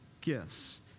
gifts